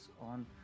on